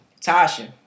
Tasha